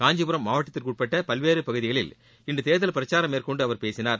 காஞ்சிபுரம் மாவட்டத்திற்கு உட்பட்ட பல்வேறு பகுதிகளில் இன்று தேர்தல் பிரச்சாரம் மேற்கொண்டு அவர் பேசினார்